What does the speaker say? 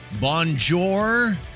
bonjour